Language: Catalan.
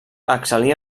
excel·lí